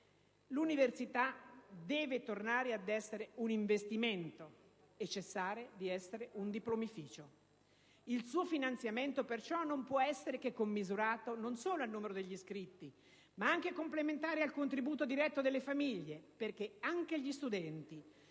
L'università deve tornare ad essere un investimento e cessare di essere un diplomificio. Il suo finanziamento perciò non può che essere commisurato al numero degli iscritti, ma anche complementare al contributo diretto delle famiglie, perché anche gli studenti